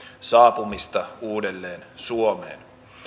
saapumista uudelleen suomeen